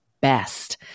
best